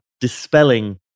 dispelling